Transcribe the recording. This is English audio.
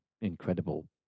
incredible